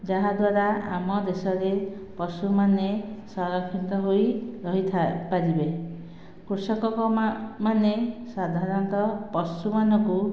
ଯାହାଦ୍ବାରା ଆମ ଦେଶ ରେ ପଶୁମାନେ ସରଂକ୍ଷିତ ହୋଇ ରହିଥାଏ ପାରିବେ କୃଷକ ମାନେ ସାଧାରଣତଃ ପଶୁ ମାନଙ୍କୁ